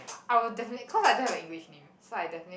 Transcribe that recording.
I I will definitely cause I don't have a English name so I definitely